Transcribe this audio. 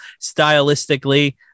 Stylistically